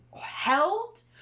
held